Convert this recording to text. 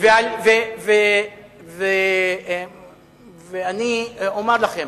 אני אומר לכם,